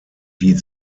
die